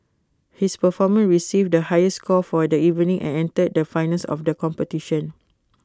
his performance received the highest score for the evening and entered the finals of the competition